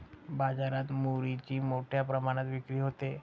बाजारात मुरीची मोठ्या प्रमाणात विक्री होते